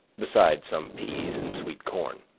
beside some peas and sweet corn.